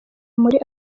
muri